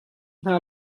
hna